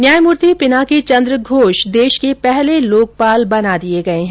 न्यायमूर्ति पिनाकी चन्द्र घोष देश के पहले लोकपाल बना दिए गए है